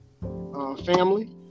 family